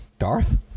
Darth